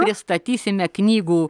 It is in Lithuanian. pristatysime knygų